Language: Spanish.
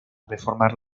reformar